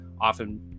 often